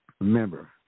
Remember